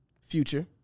Future